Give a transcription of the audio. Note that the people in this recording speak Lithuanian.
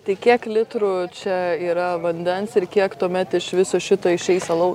tai kiek litrų čia yra vandens ir kiek tuomet iš viso šito išeis alaus